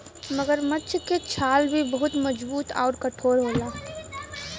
मगरमच्छ के छाल भी बहुते मजबूत आउर कठोर होला